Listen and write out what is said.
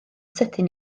sydyn